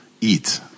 Eat